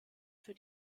für